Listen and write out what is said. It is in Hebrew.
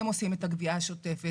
הם עושים את הגבייה השוטפת,